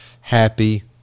happy